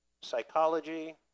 psychology